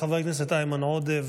חבר הכנסת איימן עודה,